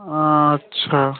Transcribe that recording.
আচ্ছা